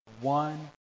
One